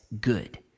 good